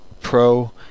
pro